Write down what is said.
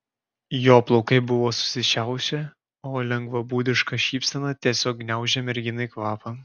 jo plaukai buvo susišiaušę o lengvabūdiška šypsena tiesiog gniaužė merginai kvapą